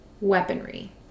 Weaponry